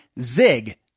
ZIG